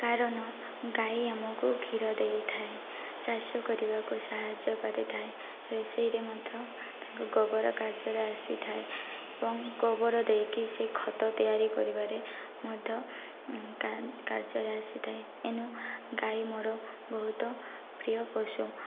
କାରଣ ଗାଈ ଆମକୁ କ୍ଷୀର ଦେଇଥାଏ ଚାଷ କରିବାକୁ ସାହାଯ୍ୟ କରିଥାଏ ରୋଷେଇରେ ମଧ୍ୟ ତାଙ୍କ ଗୋବର କାର୍ଯ୍ୟରେ ଆସିଥାଏ ଏବଂ ଗୋବର ଦେଇକି ସେ ଖତ ତିଆରି କରିବାରେ ମଧ୍ୟ କାର୍ଯ୍ୟରେ ଆସିଥାଏ ଏଣୁ ଗାଈ ମୋର ବହୁତ ପ୍ରିୟ ପଶୁ